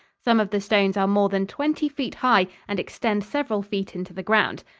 some of the stones are more than twenty feet high and extend several feet into the ground.